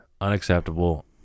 unacceptable